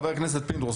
חבר הכנסת פינדרוס,